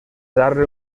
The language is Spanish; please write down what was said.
darle